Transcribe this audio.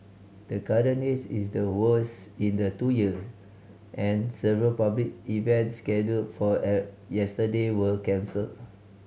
the current haze is the worst in the two year and several public events scheduled for yesterday were cancelled